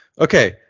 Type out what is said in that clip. Okay